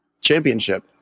championship